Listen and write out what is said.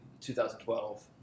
2012